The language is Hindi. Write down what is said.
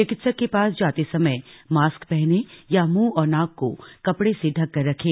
चिकित्सक के पास जाते समय मास्क पहनें या मुंह और नाक को कपड़े से ढककर रखें